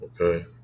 Okay